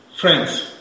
Friends